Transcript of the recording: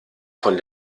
von